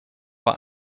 war